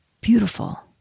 beautiful